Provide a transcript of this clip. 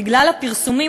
בגלל הפרסומים,